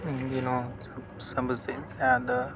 ان دنوں سب سب سے زیادہ